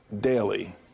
daily